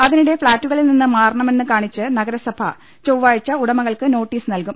അതിനിടെ ഫ്ളാറ്റുകളിൽനിന്ന് മാറണമെന്ന് കാണിച്ച് നഗരസഭ ചൊവ്വാഴ്ച ഉടമകൾക്ക് നോട്ടീസ് നൽകും